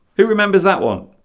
who remembers that one